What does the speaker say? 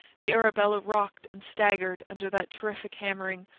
the arabella rocked and staggered under that terrific hammering,